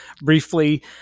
briefly